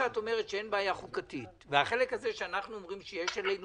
שאין בעיה חוקתית ואנחנו אומרים שיש אלינו